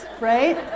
right